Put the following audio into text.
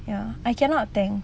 ya I cannot tank